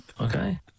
Okay